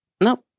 nope